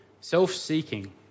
Self-seeking